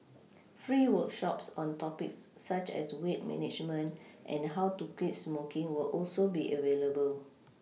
free workshops on topics such as weight management and how to quit smoking will also be available